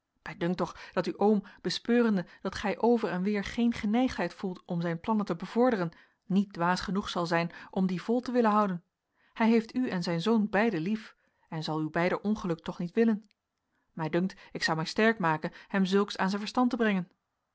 mij dunkt toch dat uw oom bespeurende dat gij over en weer geen geneigdheid gevoelt om zijn plannen te bevorderen niet dwaas genoeg zal zijn om die vol te willen houden hij heeft u en zijn zoon beiden lief en zal uw beider ongeluk toch niet willen mij dunkt ik zou mij sterk maken hem zulks aan zijn verstand te brengen